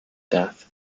death